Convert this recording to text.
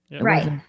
Right